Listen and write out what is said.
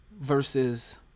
versus